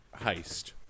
heist